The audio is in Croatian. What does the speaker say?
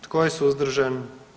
Tko je suzdržan?